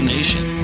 Nation